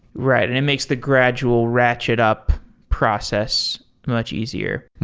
right. and it makes the gradual ratchet up process much easier.